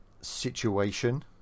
situation